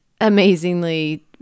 amazingly